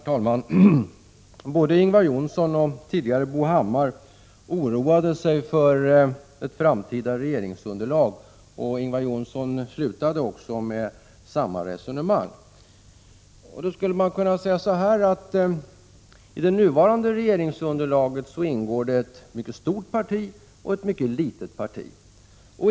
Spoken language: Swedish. Herr talman! Både Ingvar Johnsson och Bo Hammar oroade sig för ett framtida regeringsunderlag. Ingvar Johnsson slutade också sitt anförande med samma resonemang. Då skulle man kunna säga att det i det nuvarande regeringsunderlaget ingår ett mycket stort parti och ett mycket litet parti.